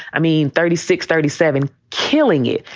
i mean, thirty six, thirty seven, killing it.